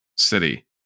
city